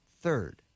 third